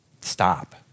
stop